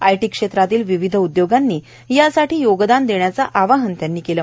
IT क्षेत्रातील विविध उद्योगांनी यासाठी योगदान देण्याचं आवाहन त्यांनी केलं